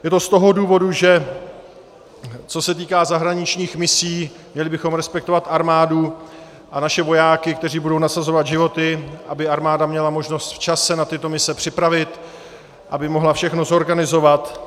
Je to z toho důvodu, že co se týká zahraničních misí, měli bychom respektovat armádu a naše vojáky, kteří budou nasazovat životy, aby armáda měla možnost včas se na tyto mise připravit, aby mohla všechno zorganizovat.